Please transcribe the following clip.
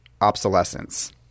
obsolescence